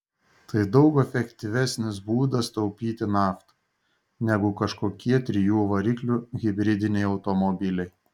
tai daug efektyvesnis būdas taupyti naftą negu kažkokie trijų variklių hibridiniai automobiliai